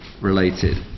related